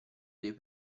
dei